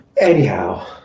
Anyhow